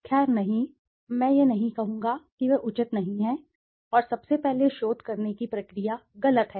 खैर नहीं मैं यह नहीं कहूंगा कि वे उचित हैं और सबसे पहले शोध करने की प्रक्रिया गलत है